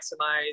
maximize